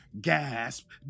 Gasp